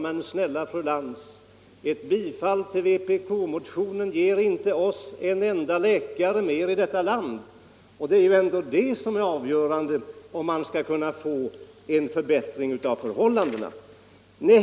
Men snälla fru Lantz, ett bifall till vpk-motionen ger oss inte en enda läkare i detta land och det är ändå det som är avgörande för att man skall få till stånd en förbättring av förhållandena.